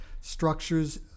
structures